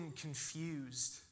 confused